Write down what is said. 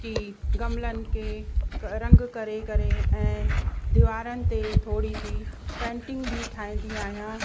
कि गमलनि खे रंग करे करे ऐं दीवारनि ते थोरी सी पेंटिंग बि ठाहींदी आहियां